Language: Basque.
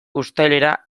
uztailera